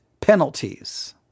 penalties